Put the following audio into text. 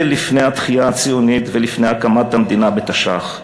לפני התחייה הציונית ולפני הקמת המדינה בתש"ח.